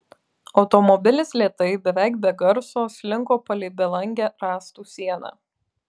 automobilis lėtai beveik be garso slinko palei belangę rąstų sieną